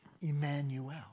Emmanuel